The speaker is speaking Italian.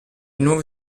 nuove